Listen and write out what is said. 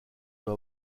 doit